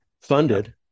funded